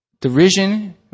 derision